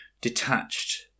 detached